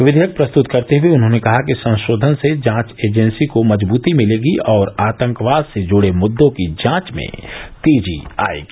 विधेयक प्रस्तुत करते हुए उन्होंने कहा कि संशोधन से जांच एजेंसी को मजबूती मिलेगी और आतंकवाद से जुड़े मुद्दों की जांच में तेजी आयेगी